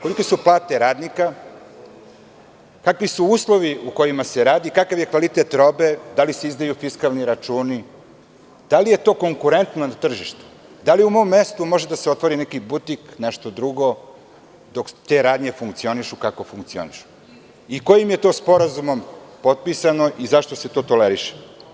Kolike su plate radnika, kakvi su uslovi u kojima se radi, kakav je kvalitet robe, da li se izdaju fiskalni računi, da li je to konkurentno tržište, da li u mom mestu može da se otvori neki butik ili nešto drugo dok te radnje funkcionišu kako funkcionišu i kojim je to sporazumom potpisano i zašto se to toleriše?